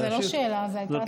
זאת לא שאלה, זאת הייתה הצהרה.